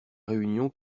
réunion